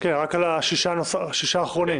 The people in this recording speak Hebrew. רק על השישה האחרונים.